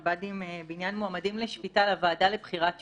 המב"דים בעניין מועמדים לשפיטה לוועדה לבחירת שופטים.